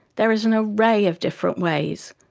there is an array of different ways,